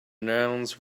nouns